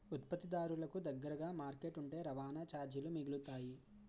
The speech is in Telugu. ఉత్పత్తిదారులకు దగ్గరగా మార్కెట్ ఉంటే రవాణా చార్జీలు మిగులుతాయి